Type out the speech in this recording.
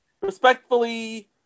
respectfully